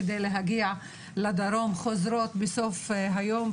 כדי להגיע לדרום - חוזרות בסוף היום.